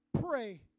pray